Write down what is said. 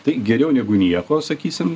tai geriau negu nieko sakysim